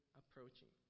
approaching